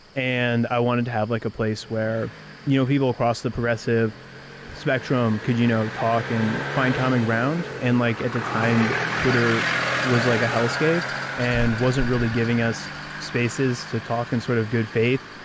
and i wanted to have like a place where you know people across the progressive spectrum could, you know, talk and find common ground. and like at the time, twitter was like a hell scape, and wasn't really giving us spaces to talk in sort of good faith.